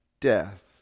death